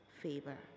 favor